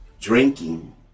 Drinking